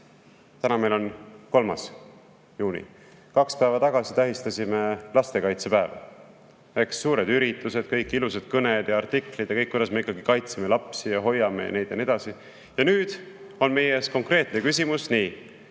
Täna on 3. juuni, kaks päeva tagasi tähistasime lastekaitsepäeva: suured üritused, kõik ilusad kõned ja artiklid sellest, kuidas me ikkagi kaitseme lapsi, hoiame neid ja nii edasi. Ja nüüd on meie ees konkreetne küsimus.